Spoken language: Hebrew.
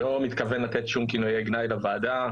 לא מתכוון לתת שום כינויי גנאי לוועדה.